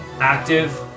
active